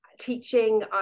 teaching